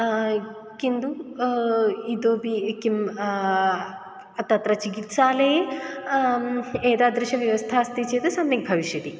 किन्तु इतोऽपि किं तत्र चिकित्सालये एतादृशव्यवस्था अस्ति चेत् सम्यक् भविष्यति